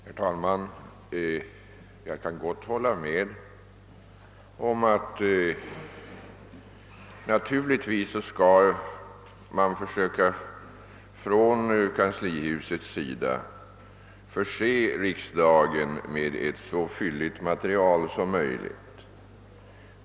Herr talman! Jag kan hålla med om att man naturligtvis från kanslihusets sida skall försöka förse riksdagen med ett så fylligt material som möjligt.